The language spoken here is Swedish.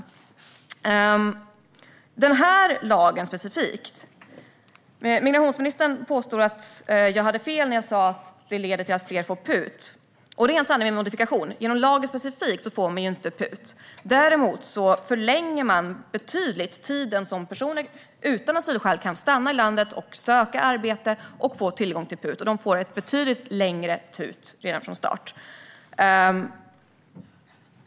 När det gäller denna lag specifikt påstår migrationsministern att jag hade fel när jag sa att den leder till att fler får PUT. Det är en sanning med modifikation. Genom lagen specifikt får man inte PUT, men däremot förlänger man betydligt den tid som personer utan asylskäl kan stanna i landet, söka arbete och få tillgång till PUT. De får ett betydligt längre TUT redan från start.